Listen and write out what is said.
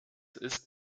ist